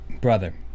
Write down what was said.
brother